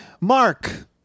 mark